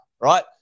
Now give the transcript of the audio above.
right